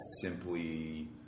simply